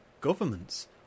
governments